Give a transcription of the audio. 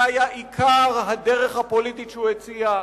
זה היה עיקר הדרך הפוליטית שהוא הציע,